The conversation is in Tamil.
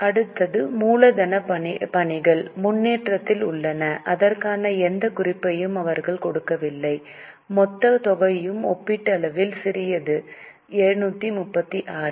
அடுத்தது மூலதனப் பணிகள் முன்னேற்றத்தில் உள்ளன அதற்கான எந்தக் குறிப்பையும் அவர்கள் கொடுக்கவில்லை மொத்தத் தொகையும் ஒப்பீட்டளவில் சிறியது 736